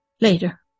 Later